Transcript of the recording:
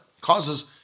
causes